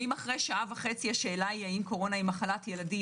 ואם אחרי שעה וחצי יש שאלה האם קורונה היא מחלת ילדים,